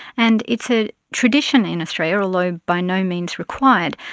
and it's a tradition in australia, although ah by no means required,